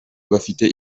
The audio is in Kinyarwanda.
abafite